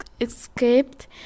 escaped